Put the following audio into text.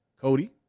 Cody